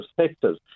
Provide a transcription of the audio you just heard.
sectors